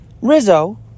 Rizzo